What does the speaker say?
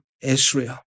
Israel